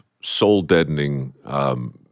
soul-deadening